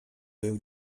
był